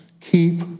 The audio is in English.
Keep